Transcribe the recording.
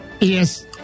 Yes